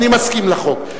אני מסכים לחוק.